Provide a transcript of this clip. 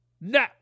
no